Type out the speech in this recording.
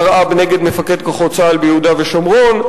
מרעב נגד מפקד כוחות צה"ל ביהודה ושומרון,